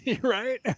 right